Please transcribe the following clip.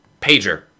Pager